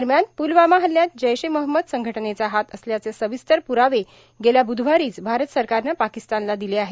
दरम्यान पुलवामा हल्ल्यात जैश ए मोहम्मद संघटनेचा हात असल्याचे सविस्तर पुरावे गेल्या बुधवारीच भारत सरकारनं पाकिस्तानला दिले आहेत